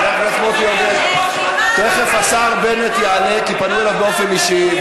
אתם לא תיתנו לו לסיים.